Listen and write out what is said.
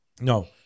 No